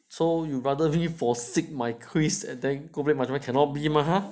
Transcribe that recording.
so you rather me forsake my quiz and then go play mahjong cannot be mah